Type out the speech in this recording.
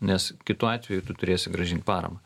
nes kitu atveju tu turėsi grąžint paramą